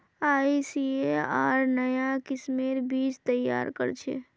ICAR नाया किस्मेर बीज तैयार करछेक